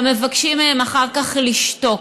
גם מבקשים מהם אחר כך לשתוק,